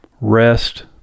rest